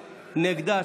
נגדה,